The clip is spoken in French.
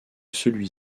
celui